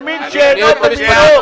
זה מין שאינו במינו.